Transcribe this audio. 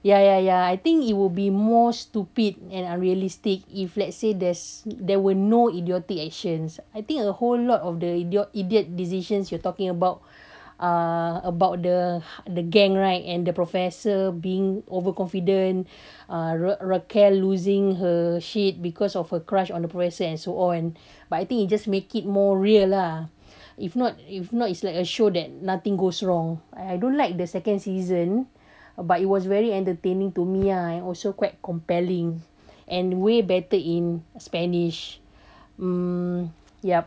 ya ya ya I think it would be more stupid and unrealistic if let's say there's there were no idiotic actions I think a whole lot of the idiot idiot decisions you are talking about uh about the the gang right and the professor being overconfident uh ra~ raquel losing her shit because of a crush on the profeesor and so on but I think you just make it more real lah if not if not it's like a show that nothing goes wrong I don't like the second season uh but it was very entertaining to me ah also quite compelling and way better in spanish um ya